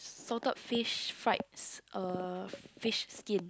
salted fish fried uh fish skin